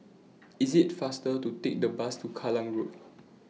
IT IS faster to Take The Bus to Kallang Road